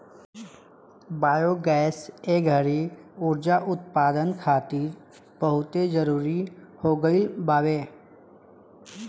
biogas ए घड़ी उर्जा उत्पदान खातिर बहुते जरुरी हो गईल बावे